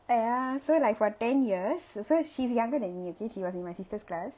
uh ya so like for ten years so she's younger than me okay she was in my sister's class